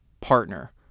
partner